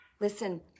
listen